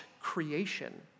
creation